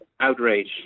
outrage